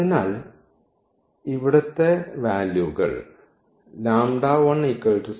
അതിനാൽ ഇവിടുത്തെ വാല്യൂകൾ ആണ്